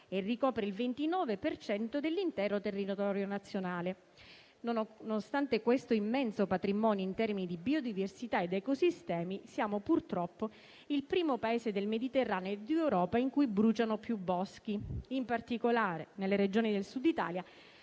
e ricopre il 29 per cento dell'intero territorio nazionale. Nonostante questo immenso patrimonio in termini di biodiversità ed ecosistemi, siamo purtroppo il primo Paese del Mediterraneo e d'Europa in cui bruciano più boschi, in particolare nelle Regioni del Sud Italia